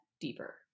deeper